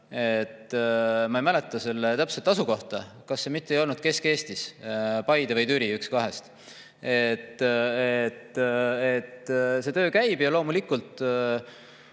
ma ei mäleta selle täpset asukohta. Kas see mitte ei olnud Kesk-Eestis, Paides või Türis? Üks kahest. See töö käib ja loomulikult